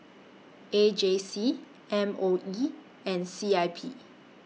A J C M O E and C I P